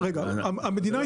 הפשוטה.